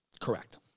Correct